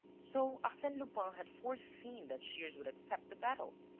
so arsene lupin had foreseen that shears would accept the battle!